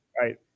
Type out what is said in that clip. right